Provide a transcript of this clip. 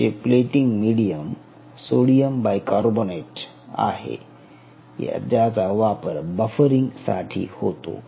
तुमचे plating medium sodium bicarbonate आहे ज्याचा वापर बफरिंग साठी होतो